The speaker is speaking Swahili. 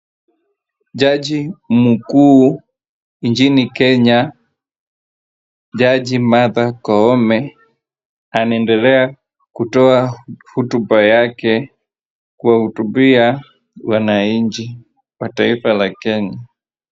Jaji mkuu nchini Kenya, Jaji Martha Koome anaedelea kutoa hotuba yake, kuwahutubia wananchi wa taifa la Kenya.